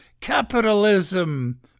Capitalism